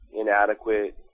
inadequate